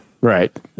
right